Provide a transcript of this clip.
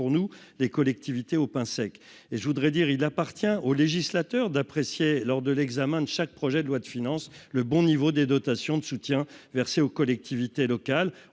nous des collectivités au pain sec et je voudrais dire, il appartient au législateur d'apprécier lors de l'examen de chaque projet de loi de finances, le bon niveau des dotations de soutien versée aux collectivités locales,